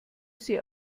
sie